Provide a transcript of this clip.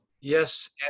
Yes